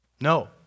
No